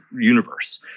universe